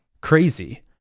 crazy